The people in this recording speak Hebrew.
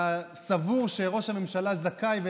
תודה רבה, חבר הכנסת קרעי.